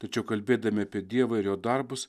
tačiau kalbėdami apie dievą ir jo darbus